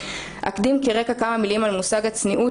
אקדים כרקע כמה מילים על מושג הצניעות